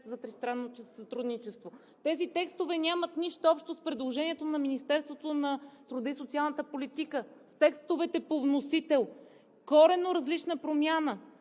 за тристранно сътрудничество. Тези текстове нямат нищо общо с предложението на Министерството на труда и социалната политика, с текстовете по вносител – коренно различна промяна!